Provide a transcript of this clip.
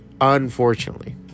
unfortunately